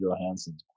Johansson